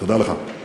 תודה לך.